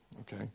okay